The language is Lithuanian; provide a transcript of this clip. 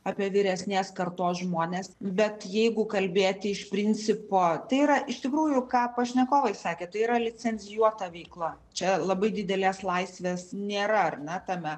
apie vyresnės kartos žmones bet jeigu kalbėti iš principo tai yra iš tikrųjų ką pašnekovai sakė tai yra licencijuota veikla čia labai didelės laisvės nėra ar ne tame